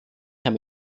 herr